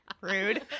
rude